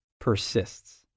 persists